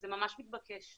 זה ממש מתבקש.